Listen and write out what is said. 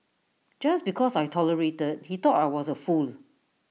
just because I tolerated he thought I was A fool